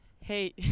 Hey